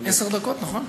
עשר דקות, נכון?